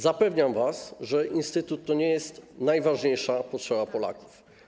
Zapewniam was, że instytut to nie jest najważniejsza potrzeba Polaków.